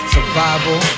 Survival